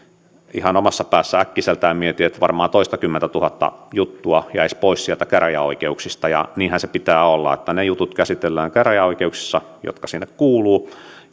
ihan omassa päässä äkkiseltään mietin että varmaan toistakymmentätuhatta juttua jäisi pois sieltä käräjäoikeuksista niinhän sen pitää olla että ne jutut käsitellään käräjäoikeuksissa jotka sinne kuuluvat